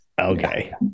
Okay